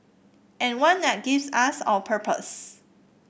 and one that gives us our purpose